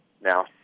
Now